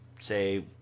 say